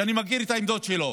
שאני מכיר את העמדות שלו,